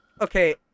okay